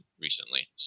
recently